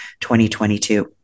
2022